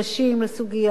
ועינויי דין,